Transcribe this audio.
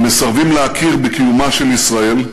הם מסרבים להכיר בקיומה של ישראל,